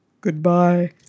Goodbye